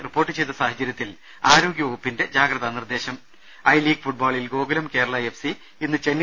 report ചെയ്ത സാഹചര്യത്തിൽ ആരോഗ്യവകുപ്പിന്റെ ജാഗ്രതാ നിർദ്ദേശം ഐ ലീഗ് ഫുട്ബോളിൽ ഗോകുലം കേരള എഫ് സി ഇന്ന് ചെന്നൈ